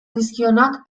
dizkionak